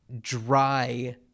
dry